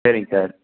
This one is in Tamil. சரிங்க சார்